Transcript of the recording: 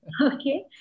okay